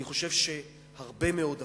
אני חושב שהרבה מאוד,